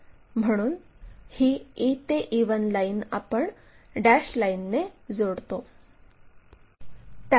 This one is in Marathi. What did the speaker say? म्हणून ही e ते e1 लाईन आपण डॅश लाईनने जोडतो